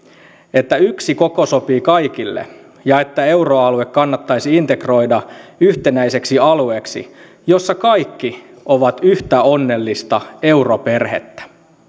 että yksi koko sopii kaikille ja että euroalue kannattaisi integroida yhtenäiseksi alueeksi jossa kaikki ovat yhtä onnellista europerhettä